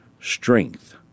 strength